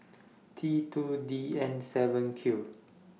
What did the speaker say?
T two D N seven Q